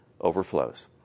overflows